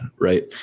right